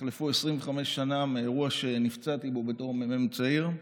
יחלפו 25 שנה מהאירוע שנפצעתי בו בתור מ"מ צעיר,